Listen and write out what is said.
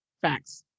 Facts